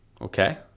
okay